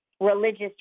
religious